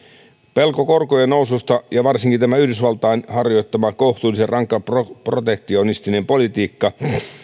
pelko korkojen noususta ja varsinkin yhdysvaltain harjoittama kohtuullisen rankka protektionistinen politiikka